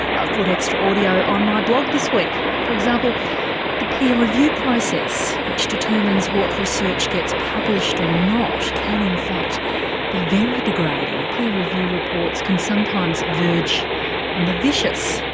i've put extra audio on my blog this week for example the peer review process, which determines what research gets published or not, can in fact be very degrading. peer review reports can sometimes verge on the vicious.